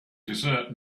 desert